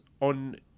on